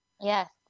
Yes